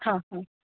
हां हां